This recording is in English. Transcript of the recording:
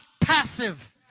passive